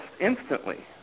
instantly